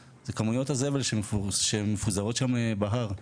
זה כמויות הזבל שמפוזרות שם בהר.